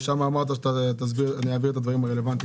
מי שכתב את זה אמר שהוא יבהיר את הדברים הרלוונטיים.